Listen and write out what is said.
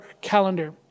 calendar